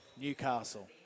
Newcastle